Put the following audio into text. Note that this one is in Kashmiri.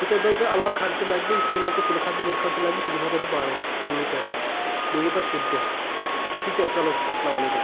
یہِ پتہٕ تۅہہِ علاوٕ خرچہٕ لگوٕ یہِ تُہی مان ژٕ تِلہٕ خرچہٕ وِلہٕ خرچہٕ لگوٕ سُہ دِمہو تۅہہِ بہٕ پانے پنٕنہِ چنٛدٕ بیٚیہِ یہِ پتہٕ شوٗبہِ تہِ ٹھیٖک چھا چلو سلام علیکم